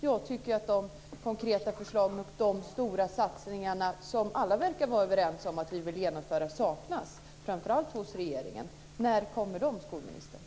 Jag tycker att de konkreta förslagen och de stora satsningar som alla verkar vara överens om att vi vill genomföra saknas, framför allt hos regeringen. När kommer de, skolministern?